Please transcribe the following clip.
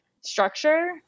structure